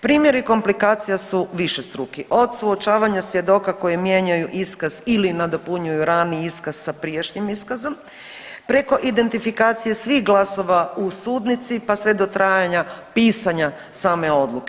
Primjeri komplikacija su višestruki od suočavanja svjedoka koji mijenjaju iskaz ili nadopunjuju rani iskaz sa prijašnjim iskazom, preko identifikacije svih glasova u sudnici pa sve do trajanja pisanja same odluke.